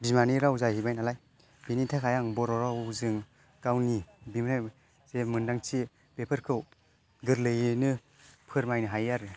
बिमानि राव जाहैबाय नालाय बिनि थाखाय आं बर' रावजों गावनि बिमा जे मोनदांथि बेफोरखौ गोरलैयैनो फोरमायनो हायो आरो